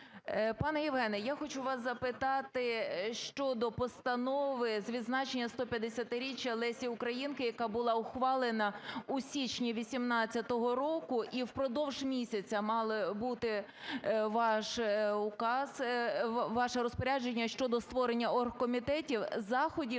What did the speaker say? Пане Євгене, я хочу вас запитати щодо Постанови з відзначення 150-річчя Лесі України, яка була ухвалена у січні 18-го року, і впродовж місяця мав бути ваш указ, ваше розпорядження щодо створення оргкомітетів, заходів